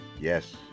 Yes